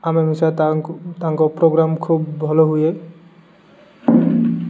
ଆମେ ମିଶା ତା ତାଙ୍କ ପ୍ରୋଗ୍ରାମ ଖୁବ୍ ଭଲ ହୁଏ